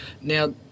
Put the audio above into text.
Now